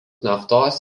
naftos